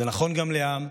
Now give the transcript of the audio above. זה נכון גם לים,